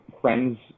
friends